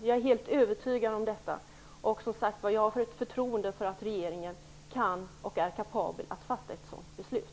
Jag är helt övertygad om detta. Och, som sagt var: Jag har förtroende för att regeringen är kapabel att fatta ett sådant beslut.